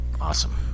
awesome